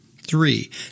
Three